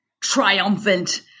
triumphant